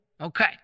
Okay